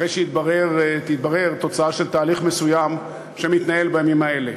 אחרי שתתברר תוצאה של תהליך מסוים שמתנהל בימים אלה.